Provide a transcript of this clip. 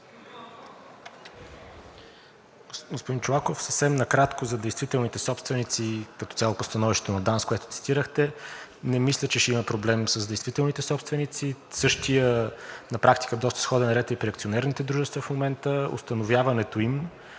Господин Чолаков, съвсем накратко за действителните собственици и като цяло по становището на ДАНС, което цитирахте. Не мисля, че ще има проблем с действителните собственици. Същият на практика доста сходен ред е и при акционерните дружества в момента. Установяването им